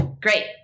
Great